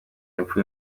y’epfo